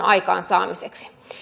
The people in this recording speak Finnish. aikaansaamiseen